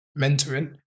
mentoring